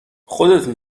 خودتون